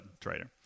Trader